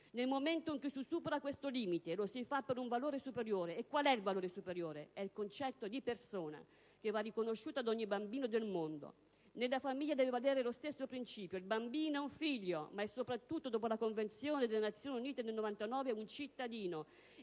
nel momento in cui si supera questo limite, lo si fa per un valore superiore e qual è il valore superiore? È il concetto di persona, che va riconosciuto ad ogni bambino del mondo. Nella famiglia deve valere lo stesso principio: il bambino è un figlio, ma è soprattutto, dopo la Convenzione delle Nazioni Unite del 1989, un cittadino,